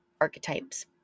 archetypes